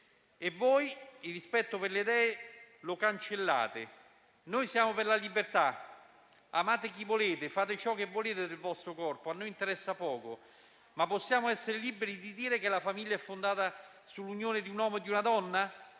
e voi il rispetto per le idee lo cancellate. Noi siamo per la libertà: amate chi volete, fate ciò che volete del vostro corpo; a noi interessa poco, ma possiamo essere liberi di dire che la famiglia è fondata sull'unione di un uomo e di una donna?